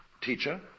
teacher